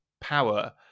power